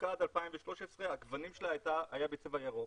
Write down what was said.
שנופקה עד 2013, הגוונים שלה היו בצבע ירוק.